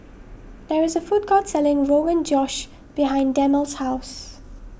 there is a food court selling Rogan Josh behind Darnell's house